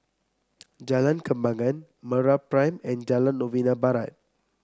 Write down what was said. Jalan Kembangan MeraPrime and Jalan Novena Barat